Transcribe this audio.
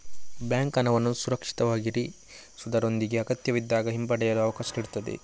bank ಹಣವನ್ನು ಸುರಕ್ಷಿತವಾಗಿರಿಸುವುದರೊಂದಿಗೆ ಅಗತ್ಯವಿದ್ದಾಗ ಹಿಂಪಡೆಯಲು ಅವಕಾಶ ನೀಡುತ್ತದೆ